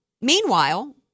Meanwhile